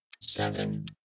seven